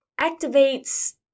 activates